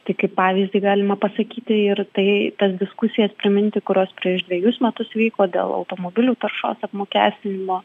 tai kaip pavyzdį galima pasakyti ir tai tas diskusijas priminti kurios prieš dvejus metus vyko dėl automobilių taršos apmokestinimo